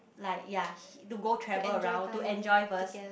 like ya to go travel around to enjoy first